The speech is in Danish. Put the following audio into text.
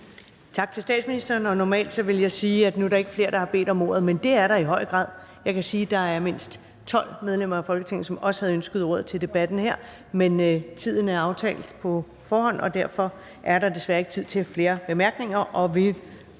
Tak til statsministeren. Og normalt ville jeg sige, at nu er der ikke flere, der har bedt om ordet, men det er der i høj grad. Jeg kan sige, at der er mindst 12 medlemmer af Folketinget, som også havde ønsket ordet til debatten her, men tiden er aftalt på forhånd, og derfor er der desværre ikke tid til flere korte bemærkninger.